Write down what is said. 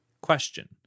Question